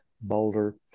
Boulder